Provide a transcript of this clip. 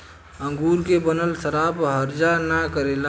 अंगूर से बनल शराब हर्जा ना करेला